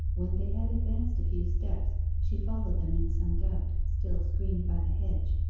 when they had advanced a few steps, she followed them in some doubt, still screened by the hedge.